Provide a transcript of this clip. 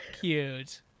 cute